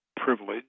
privilege